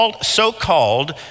so-called